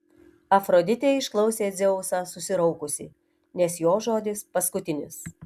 afroditė išklausė dzeusą susiraukusi nes jo žodis paskutinis